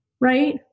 right